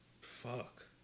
Fuck